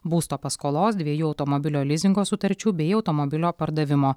būsto paskolos dviejų automobilio lizingo sutarčių bei automobilio pardavimo